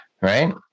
right